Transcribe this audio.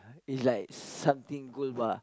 is like something gold bar